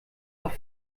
doch